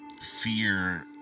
fear